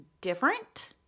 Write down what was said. different